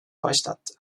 başlattı